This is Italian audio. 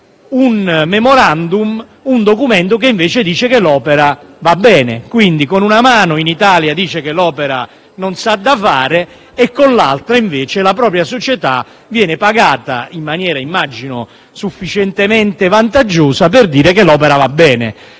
europea un documento in cui si dice che l'opera va bene. Quindi, con una mano in Italia dice che l'opera «non s'ha da fare» e con l'altra, invece, la propria società viene pagata in maniera sufficientemente vantaggiosa per dire che l'opera va bene.